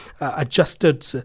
adjusted